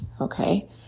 okay